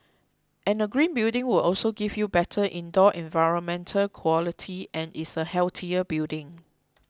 and a green building will also give you better indoor environmental quality and is a healthier building